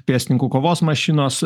pėstininkų kovos mašinos